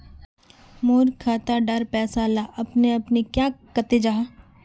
मोर खाता डार पैसा ला अपने अपने क्याँ कते जहा?